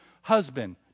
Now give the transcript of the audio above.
Husband